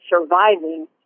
surviving